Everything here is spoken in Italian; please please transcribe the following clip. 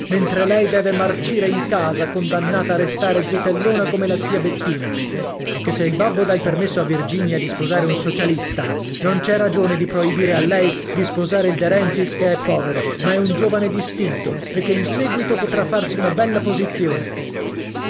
mentre lei deve marcire in casa condannata a restare zittellona come la zia bettina e che se il babbo dà il permesso a virginia di sposare un socialista non c'è ragione di proibire a lei di sposare il de renzis che è povero ma è un giovane distinto e che in seguito potrà farsi una bella posizione